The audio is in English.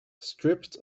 stripped